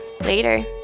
Later